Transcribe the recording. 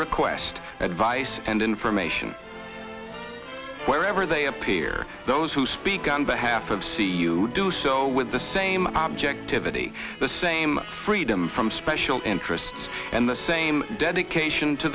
request advice and information wherever they appear those who speak on behalf of see you do so with the same objectivity the same same freedom from special interests and the same dedication to